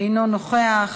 אינו נוכח,